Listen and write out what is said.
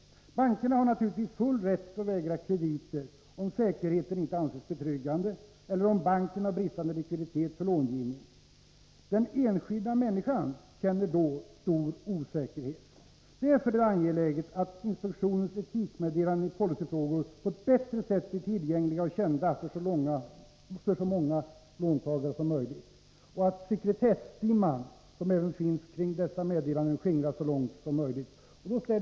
En bank har naturligtvis full rätt att vägra kredit, om säkerheten inte anses betryggande eller om banken har bristande likviditet för långivning. Den enskilda människan känner då stor osäkerhet. Därför är det angeläget att inspektionens etikmeddelanden i policyfrågor på ett bättre sätt blir tillgängliga och kända för så många låntagare som möjligt och att sekretessdimman, som finns även kring dessa meddelanden, skingras så långt som möjligt.